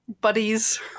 Buddies